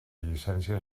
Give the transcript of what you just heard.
llicència